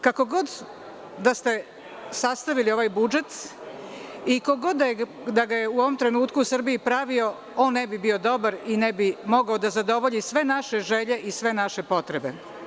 Kako god da ste sastavili ovaj budžet i ko god da ga je u ovom trenutku u Srbiji pravio, on ne bi bio dobar i ne bi mogao da zadovolji sve naše želje i sve naše potrebe.